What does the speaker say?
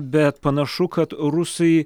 bet panašu kad rusai